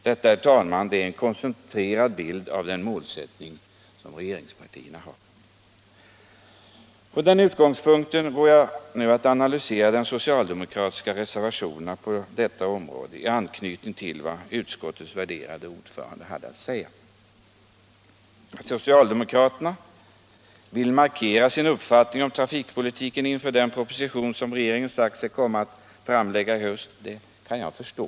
Detta, herr talman, är en koncentrerad bild av den målsättning som regeringspartierna har. Från den utgångspunkten går jag nu att analysera de socialdemokratiska reservationerna på detta område i anknytning till vad utskottets värderade ordförande hade att säga. Att socialdemokraterna vill markera sin uppfattning om trafikpolitiken inför den proposition som regeringen har sagt sig ämna framlägga i höst kan jag förstå.